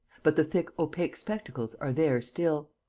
but the thick opaque spectacles are there still.